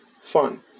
fun